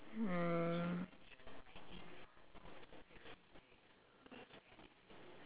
mm